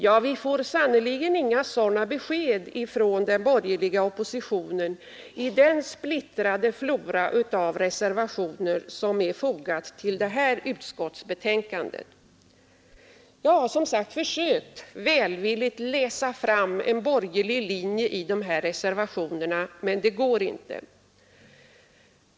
Ja, vi får sannerligen inga sådana besked från den borgerliga oppositionen i den splittrade flora av reservationer som fogats till utskottsbetänkandet. Jag har som sagt försökt att välvilligt ”läsa fram” en borgerlig linje i de här reservationerna, men det går inte.